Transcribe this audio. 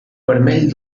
vermell